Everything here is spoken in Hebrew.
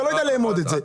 אתה לא יודע לאמוד את זה.